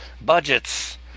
budgets